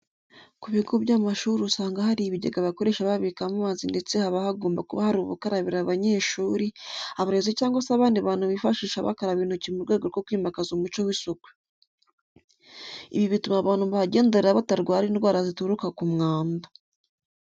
Ku bigo by'amashuri usanga hari ibigega bakoresha babika amazi ndetse haba hagomba kuba hari ubukarabiro abanyeshuri, abarezi cyangwa se abandi bantu bifashisha bakaraba intoki mu rwego rwo kwimakaza umuco w'isuku. Ibi bituma abantu bahagenderera batarwara indwara zituruka ku mwanda.